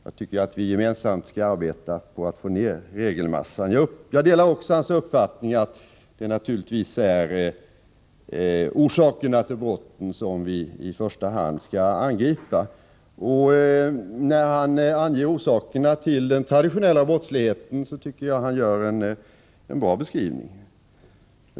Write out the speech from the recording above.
Jag tycker att vi gemensamt skall arbeta på att minska regelmassan. Jag delar också Ulf Adelsohns uppfattning att det naturligtvis är orsakerna till brotten som vi i första hand skall angripa. Och när han anger orsakerna till den traditionella brottsligheten gör han en bra beskrivning.